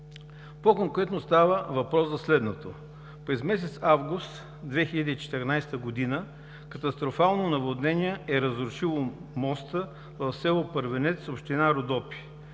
По-конкретно става въпрос за следното: През месец август 2014 г. катастрофално наводнение е разрушило моста в с. Първенец, община Родопи.